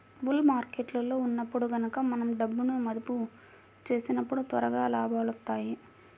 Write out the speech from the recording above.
bull మార్కెట్టులో ఉన్నప్పుడు గనక మనం డబ్బును మదుపు చేసినప్పుడు త్వరగా లాభాలొత్తాయి